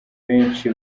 benshi